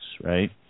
right